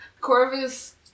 Corvus